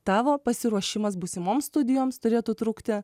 tavo pasiruošimas būsimoms studijoms turėtų trukti